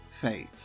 faith